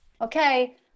okay